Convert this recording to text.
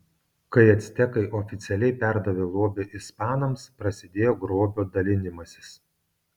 kai actekai oficialiai perdavė lobį ispanams prasidėjo grobio dalinimasis